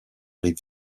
rive